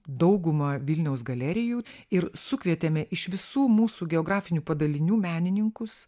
daugumą vilniaus galerijų ir sukvietėme iš visų mūsų geografinių padalinių menininkus